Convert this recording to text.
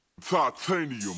Titanium